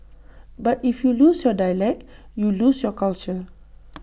but if you lose your dialect you lose your culture